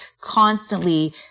constantly